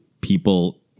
people